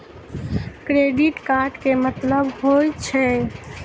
Credit card के मतलब होय छै?